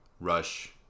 rush